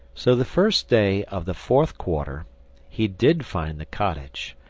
so the first day of the fourth quarter he did find the cottage,